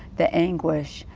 the anguish,